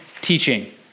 teaching